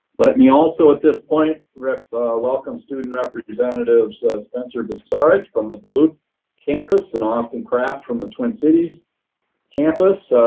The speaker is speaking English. let me also, at this point, welcome student representatives spencer basarich from the duluth campus and austin kraft from the twin cities campus.